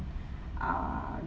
err